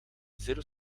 zéro